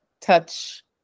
touch